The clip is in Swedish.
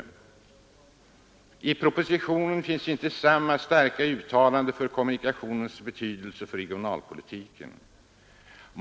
I propositionen finns inte samma starka uttalande för kommunikationernas betydelse för regionalpolitiken.